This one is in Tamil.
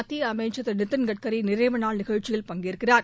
மத்திய அமைச்சர் திரு நிதின்கட்கரி நிறைவுநாள் நிகழ்ச்சியில் பங்கேற்கிறார்